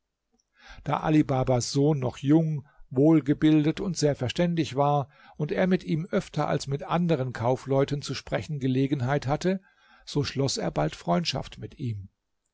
da ali babas sohn noch jung wohlgebildet und sehr verständig war und er mit ihm öfter als mit anderen kaufleuten zu sprechen gelegenheit hatte so schloß er bald freundschaft mit ihm